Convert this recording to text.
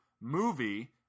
movie